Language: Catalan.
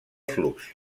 flux